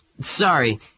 Sorry